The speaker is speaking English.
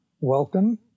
welcome